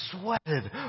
sweated